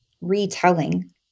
retelling